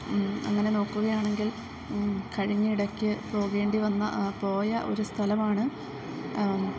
അങ്ങനെ നോക്കുകയാണെങ്കിൽ കഴിഞ്ഞ ഇടയ്ക്കു പോകേണ്ടി വന്ന പോയ ഒരു സ്ഥലമാണ്